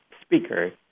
Speaker